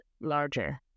larger